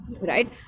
right